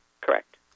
Correct